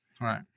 Right